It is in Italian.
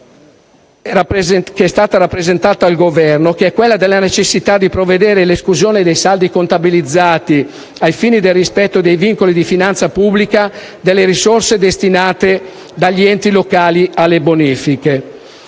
al Governo anche dalla Commissione d'inchiesta, è quella della necessità di prevedere l'esclusione dai saldi contabilizzati ai fini del rispetto dei vincoli di finanza pubblica delle risorse destinate dagli enti locali alle bonifiche.